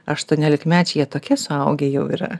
aštuoniolikmečiai jie tokie suaugę jau yra